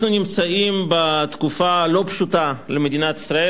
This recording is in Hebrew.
אנחנו נמצאים בתקופה לא פשוטה למדינת ישראל.